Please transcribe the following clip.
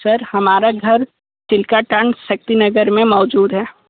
sir हमारा घर तिलकाटन शक्ति नगर में मौजूद है